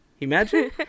imagine